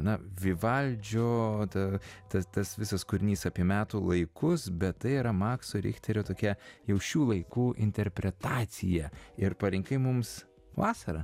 na vivaldžio ta ta tas visas kūrinys apie metų laikus bet tai yra makso richterio tokia jau šių laikų interpretacija ir parinkai mums vasarą